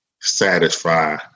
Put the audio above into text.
satisfy